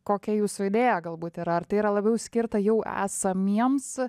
kokia jūsų idėja galbūt yra ar tai yra labiau skirta jau esamiems